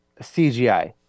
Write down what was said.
CGI